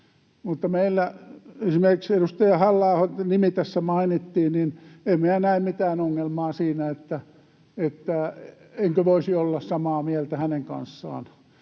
esimerkiksi edustaja Halla-ahon nimi tässä mainittiin — en minä näe mitään ongelmaa siinä, ettenkö voisi olla samaa mieltä hänen kanssaan.